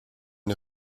une